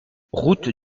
route